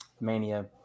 Mania